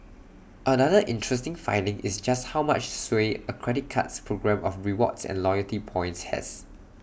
another interesting finding is just how much sway A credit card's programme of rewards and loyalty points has